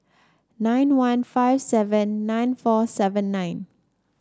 nine one five seven nine four seven nine